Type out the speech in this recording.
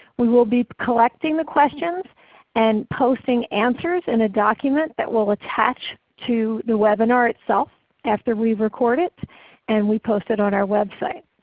we will be collecting the questions and posting answers in a document that we'll attach to the webinar itself after we record it and we post it on our website.